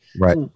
Right